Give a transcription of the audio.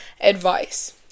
advice